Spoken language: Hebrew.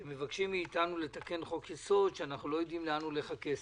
כי מבקשים מאיתנו לתקן חוק יסוד כשאנחנו לא יודעים לאן הולך הכסף.